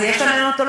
אז יש לנאונטולוגים?